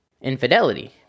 infidelity